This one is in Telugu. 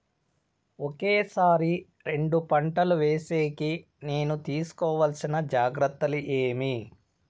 ఒకే సారి రెండు పంటలు వేసేకి నేను తీసుకోవాల్సిన జాగ్రత్తలు ఏమి?